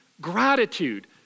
Gratitude